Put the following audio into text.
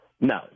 No